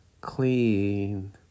clean